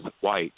white